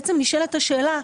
נשאלת השאלה,